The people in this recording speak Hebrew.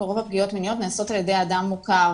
רוב הפגיעות המיניות נעשות על ידי אדם מוכר,